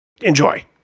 enjoy